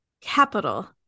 capital